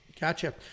Gotcha